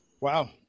Wow